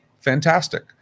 Fantastic